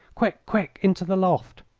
quick! quick! into the loft!